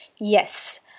Yes